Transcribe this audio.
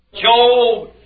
Job